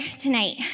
tonight